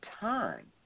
time